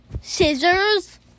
Scissors